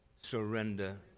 surrender